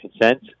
consent